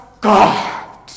God